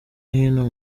hino